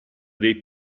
dei